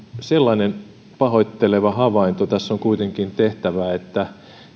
sellainen pahoitteleva havainto tässä on kuitenkin tehtävä että